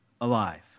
alive